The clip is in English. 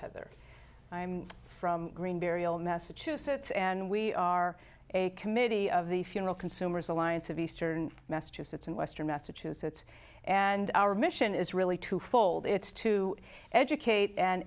heather i'm from green burial massachusetts and we are a committee of the funeral consumers alliance of eastern massachusetts and western massachusetts and our mission is really twofold it's to educate an